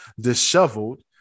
disheveled